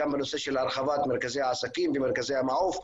גם בנושא של הרחבת מרכזי עסקים ומרכזי המעוף,